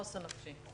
חוסן נפשי.